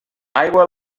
aigua